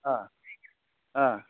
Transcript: अ